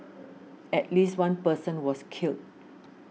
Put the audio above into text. at least one person was killed